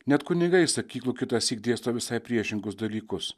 net kunigai iš sakyklų kitąsyk dėsto visai priešingus dalykus